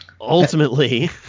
Ultimately